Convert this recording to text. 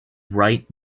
right